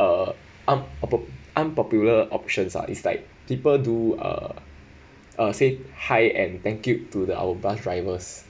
uh unpo~ po~ unpopular options ah is like people do uh say hi and thank you to the our bus drivers